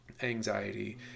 anxiety